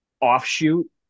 offshoot